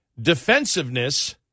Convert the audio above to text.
defensiveness